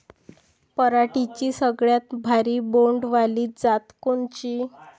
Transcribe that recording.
पराटीची सगळ्यात भारी बोंड वाली जात कोनची?